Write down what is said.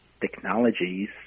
technologies